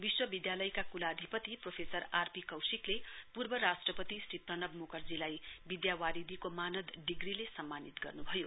विश्वविद्यालयका क्लाधिपति professor R P कौशिकले पूर्व राष्ट्रपति श्री प्रणव मुकर्जीलाई विद्यावारिधीको मानद डिग्रीले सम्मानित गर्नुभयो